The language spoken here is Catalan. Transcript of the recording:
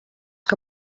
que